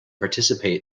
participate